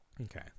Okay